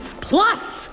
Plus